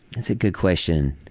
that's a good question.